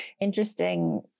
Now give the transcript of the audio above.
interesting